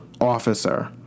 officer